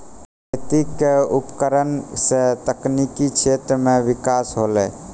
खेती क उपकरण सें तकनीकी क्षेत्र में बिकास होलय